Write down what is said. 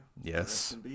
Yes